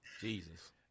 Jesus